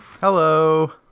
Hello